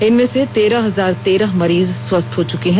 इनमें से तेरह हजार तेरह मरीज स्वस्थ हो चुके हैं